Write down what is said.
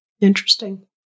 Interesting